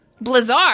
Blizzard